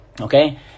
okay